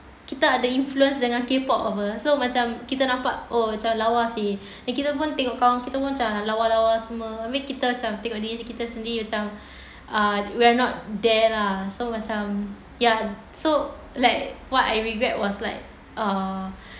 kita ada influence dengan K pop apa so macam kita nampak !woo! macam lawa seh and kita pun tengok kawan kita pun macam lawa lawa semua I mean kita macam tengok diri kita sendiri macam uh we are not there lah so macam ya so like what I regret was like uh